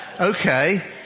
Okay